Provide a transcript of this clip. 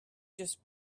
just